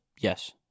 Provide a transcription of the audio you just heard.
Yes